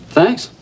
thanks